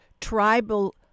tribal